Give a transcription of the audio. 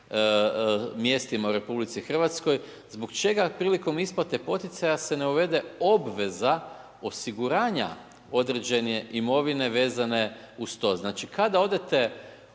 mjestima u RH, zbog čega prilikom isplate poticaja se ne uvede obveza osiguranja određene imovine vezane uz to. Znači, kada odete